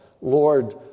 Lord